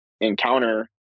encounter